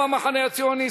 גם המחנה הציוני,